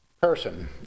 person